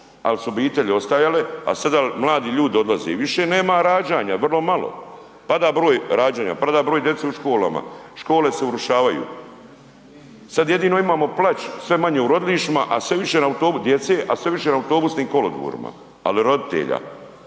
ali su obitelji ostajale, a sada mladi ljudi odlaze i više nema rađanja, vrlo malo. Pada broj rađana. Pada broj djece u školama, škole se urušavaju. Sad jedino imamo plač, sve manje u rodilištima, a sve više na, djece, a sve više na autobusnim kolodvorima, ali roditelja,